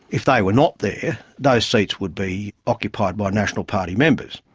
if they were not there, those seats would be occupied by national party members,